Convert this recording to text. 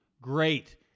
Great